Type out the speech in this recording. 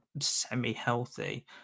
semi-healthy